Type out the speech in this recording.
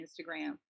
Instagram